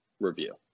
review